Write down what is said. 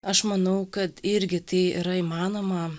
aš manau kad irgi tai yra įmanoma